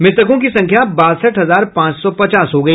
मृतकों की संख्या बासठ हजार पांच सौ पचास हो गई